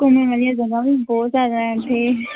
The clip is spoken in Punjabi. ਘੁੰਮਣ ਵਾਲੀਆਂ ਜਗ੍ਹਾ ਵੀ ਬਹੁਤ ਜ਼ਿਆਦਾ ਇੱਥੇ